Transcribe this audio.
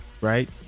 right